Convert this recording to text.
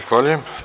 Zahvaljujem.